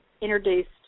introduced